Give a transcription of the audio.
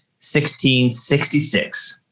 1666